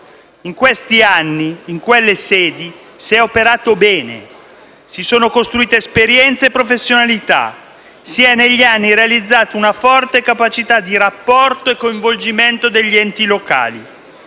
In questi anni, in quelle sedi, si è operato bene. Si sono costruite esperienze e professionalità, si è negli anni realizzata una forte capacità di rapporto e coinvolgimento degli enti locali,